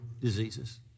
diseases